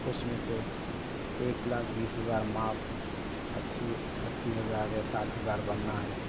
اس میں سے ایک لاکھ بیس ہزار معاف اَسی اَسی ہزار یا ساٹھ ہزار بننا ہے